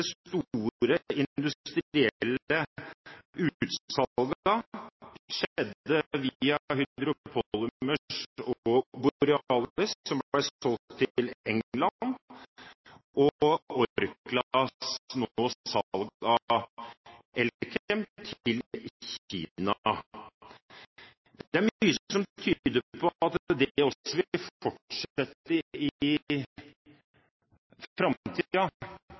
ble solgt til England, og nå Orklas salg av Elkem til Kina. Det er mye som tyder på at det også vil fortsette i